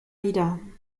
wieder